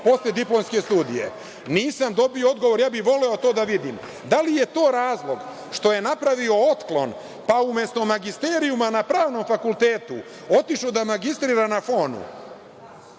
postdiplomske studije? Nisam dobio odgovor, ali bih voleo to da vidim. Da li je to razlog što je napravio otklon, pa umesto magisterijuma na Pravnom fakultetu otišao da magistrira na FON-u?